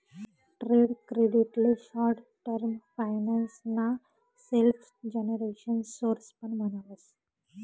trade credit ले short term finance ना self generation source पण म्हणावस